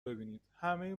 ببینیدهمه